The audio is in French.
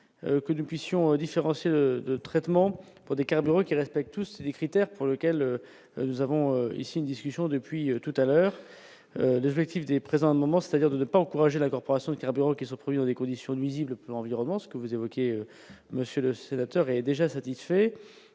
que nous puissions de traitement pour des carburants qui respecte tous les critères pour lequel nous avons ici une discussion depuis tout à l'heure, devait-il des présentement, c'est-à-dire de ne pas encourager la corporation de carburant qui se produit dans des conditions nuisible pour environnement ce que vous évoquez, monsieur le sénateur est déjà satisfait,